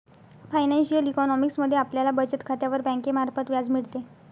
financial economics मध्ये आपल्याला बचत खात्यावर बँकेमार्फत व्याज मिळते